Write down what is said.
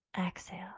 exhale